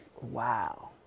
wow